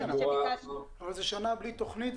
זו שנה בלי תוכנית?